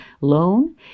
loan